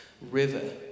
river